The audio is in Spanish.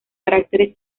caracteres